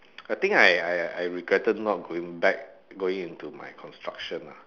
I think I I I regretted not going back going into my construction lah